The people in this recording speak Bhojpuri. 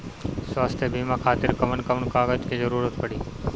स्वास्थ्य बीमा खातिर कवन कवन कागज के जरुरत पड़ी?